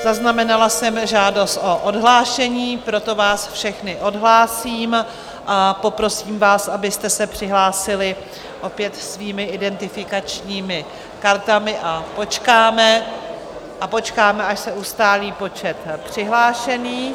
Zaznamenala jsem žádost o odhlášení, proto vás všechny odhlásím a poprosím vás, abyste se přihlásili opět svými identifikačními kartami, a počkáme, až se ustálí počet přihlášených.